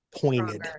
pointed